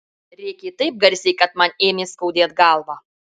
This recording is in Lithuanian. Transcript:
rėkė taip garsiai kad man ėmė skaudėt galvą